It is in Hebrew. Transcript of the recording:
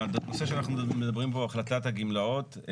הנושא שאנחנו מדברים בו הוא החלטת גמלאות.